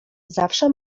zawsze